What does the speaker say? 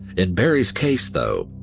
in barrie's case though,